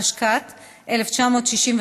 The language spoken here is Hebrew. התשכ"ט 1968,